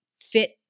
fit